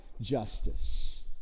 justice